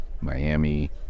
Miami